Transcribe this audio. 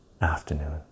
afternoon